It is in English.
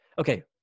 Okay